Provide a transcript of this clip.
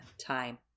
time